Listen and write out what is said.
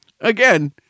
Again